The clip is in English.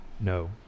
No